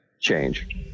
change